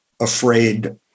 afraid